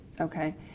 Okay